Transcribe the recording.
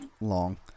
long